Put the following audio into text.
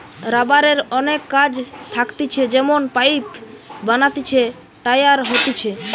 রাবারের অনেক কাজ থাকতিছে যেমন পাইপ বানাতিছে, টায়ার হতিছে